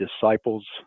disciples